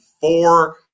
four